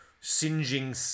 singeing